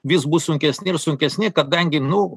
vis bus sunkesni ir sunkesni kadangi nu